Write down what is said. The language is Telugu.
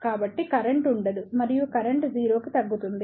కాబట్టి కరెంట్ ఉండదు మరియు కరెంట్ 0 కి తగ్గుతుంది